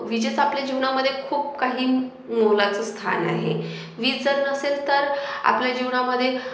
विजेचा आपल्या जीवनामधे खूप काही मोलाचं स्थान आहे वीज जर नसेल तर आपल्या जीवनामध्ये